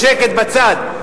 בשקט, בצד.